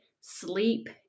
Sleep